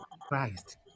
Christ